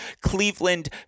Cleveland